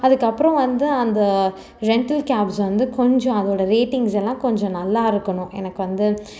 அதுக்கப்புறம் வந்து அந்த ரென்ட்டல் கேப்ஸ் வந்து கொஞ்சம் அதோட ரேட்டிங்ஸ் எல்லாம் கொஞ்சம் நல்லா இருக்கணும் எனக்கு வந்து